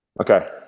Okay